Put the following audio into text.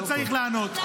אני לא צריך לענות.